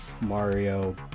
Mario